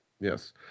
Yes